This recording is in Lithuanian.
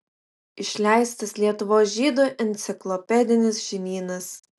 išleistas lietuvos žydų enciklopedinis žinynas